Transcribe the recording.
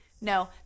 No